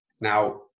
Now